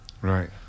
Right